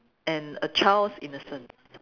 and a child's innocence